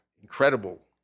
incredible